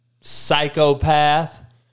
psychopath